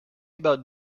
about